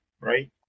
right